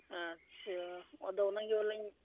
ᱟᱪᱪᱷᱟ ᱟᱫᱚ ᱚᱱᱟ ᱜᱮ ᱵᱚᱞᱤᱧ